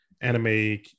anime